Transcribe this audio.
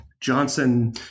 Johnson